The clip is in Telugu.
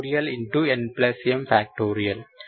nm